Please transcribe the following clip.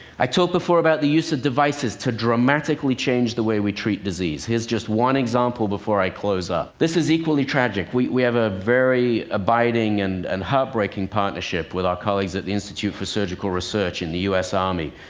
i talked before about the use of devices to dramatically change the way we treat disease. here's just one example before i close up. this is equally tragic. we have a very abiding and and heartbreaking partnership with our colleagues at the institute for surgical research in the us army,